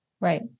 Right